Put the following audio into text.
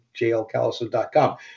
jlcallison.com